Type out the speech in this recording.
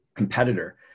competitor